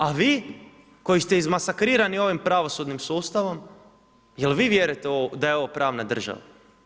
A vi koji ste izmasakrirani ovim pravosudnim sustavom, jel vi vjerujete da je ovo pravna država?